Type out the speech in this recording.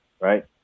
right